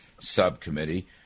Subcommittee